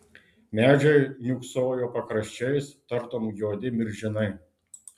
medžiai niūksojo pakraščiais tartum juodi milžinai